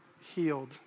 healed